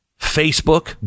Facebook